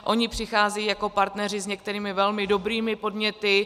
Oni přicházejí jako partneři s některými velmi dobrými podněty.